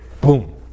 Boom